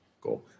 cool